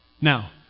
Now